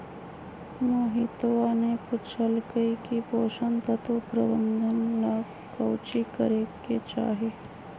मोहितवा ने पूछल कई की पोषण तत्व प्रबंधन ला काउची करे के चाहि?